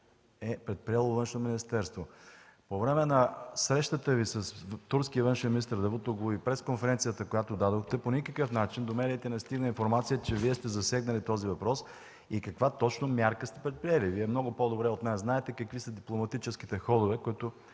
е предприело Външното министерство? По време на срещата Ви с турския външен министър Давутоглу и пресконференцията, която дадохте, по никакъв начин до медиите не стигна информация, че Вие сте засегнали този въпрос и каква точно мярка сте предприели. Вие много по-добре от нас знаете какви са дипломатическите ходове,